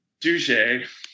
Douche